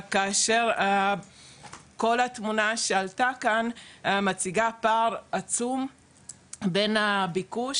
כאשר כל התמונה שעלתה כאן מציגה פער עצום בין הביקוש